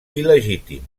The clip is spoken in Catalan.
il·legítim